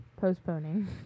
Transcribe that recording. postponing